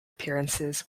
appearances